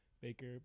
Baker